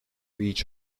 each